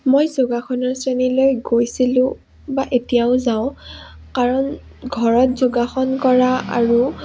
মই যোগাসনৰ শ্ৰেণীলৈ গৈছিলোঁ বা এতিয়াও যাওঁ কাৰণ ঘৰত যোগাসন কৰা আৰু